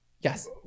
Yes